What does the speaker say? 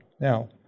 Now